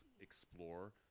explore